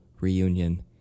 reunion